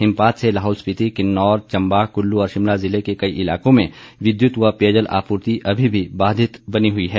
हिमपात से लाहौल स्पीति किन्नौर चंबा कुल्लू और शिमला जिले के कई इलाकों में विद्युत व पेयजल आपूर्ति अभी भी बाधित बनी हुई है